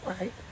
Right